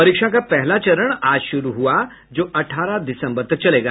परीक्षा का पहला चरण आज शुरू हुआ जो अट्ठारह दिसंबर तक चलेगा